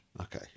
Okay